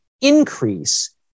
increase